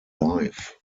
life